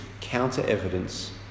counter-evidence